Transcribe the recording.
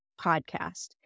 podcast